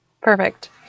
Perfect